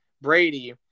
Brady